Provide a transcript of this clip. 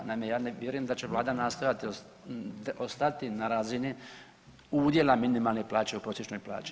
Naime, ja ne vjerujem da će vlada nastojati ostati na razini udjela minimalne plaće u prosječnoj plaći.